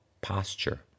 posture